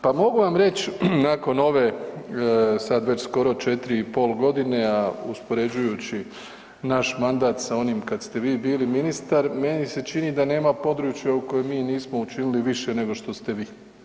Pa mogu vam reći nakon ove sad već skoro 4,5 g. a uspoređujući naš mandat sa onim kad ste vi bili ministar, meni se čini da nema području u kojem mi nismo učinili više nego što ste vi.